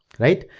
right?